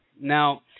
Now